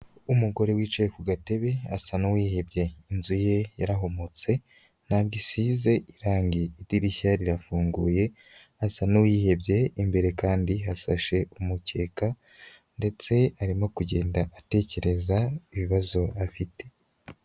Umugore wicaye ku gatebe asa n’uwihebye, inzu ye yarahomotse ntabwo isize irangi, idirishya rirafunguye asa n’uwihebye, imbere kandi hasashe umukeka ndetse arimo kugenda atekereza ibibazo afite.